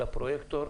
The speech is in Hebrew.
של הפרויקטור,